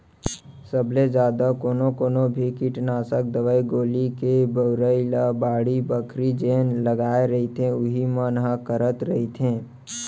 सब ले जादा कोनो कोनो भी कीटनासक दवई गोली के बउरई ल बाड़ी बखरी जेन लगाय रहिथे उही मन ह करत रहिथे